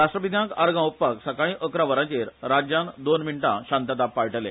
राष्ट्रपित्यांक आर्गां ओंपपांक सकाळी अकरा वरांचेर राज्यान दोन मिण्टा शांतता पाळटले